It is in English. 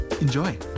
Enjoy